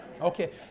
Okay